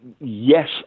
Yes